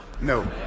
No